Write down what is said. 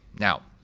now,